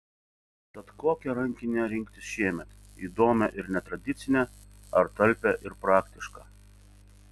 tad kokią rankinę rinktis šiemet įdomią ir netradicinę ar talpią ir praktišką